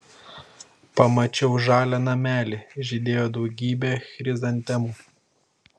pamačiau žalią namelį žydėjo daugybė chrizantemų